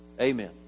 amen